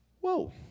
Whoa